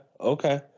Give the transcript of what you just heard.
Okay